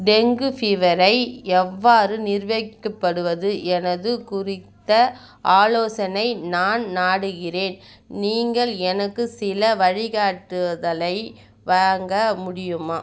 dengue ஃபீவரை எவ்வாறு நிர்வகிக்கப்படுவது என குறித்த ஆலோசனை நான் நாடுகிறேன் நீங்கள் எனக்கு சில வழிகாட்டுதலை வழங்க முடியுமா